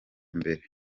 mbere